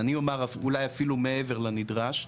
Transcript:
אני אומר אף אולי אפילו מעבר לנדרש,